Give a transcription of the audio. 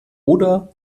oder